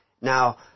Now